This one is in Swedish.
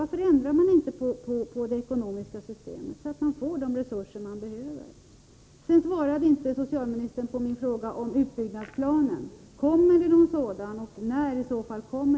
Varför ändrar man inte på det ekonomiska systemet så att man får de resurser som man behöver? Socialministern svarade inte på min fråga om utbyggnadsplanen. Kommer det någon sådan och i så fall när?